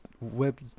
web